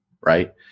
right